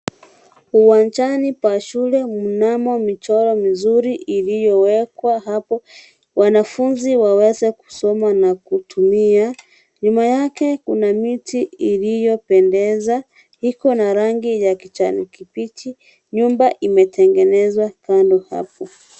Uwanjani mwa shule mnamo michoro mizuri iliyo wekwa hapo, wanafunzi waweze kusoma na kutumia, nyuma yake kuna miti iliyo pendeza, iko na rangi ya kijani kibichi, nyumba imetengenezwa kando hapo.